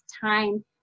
time